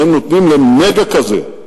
שהם נותנים לנגע כזה,